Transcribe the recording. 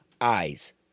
eyes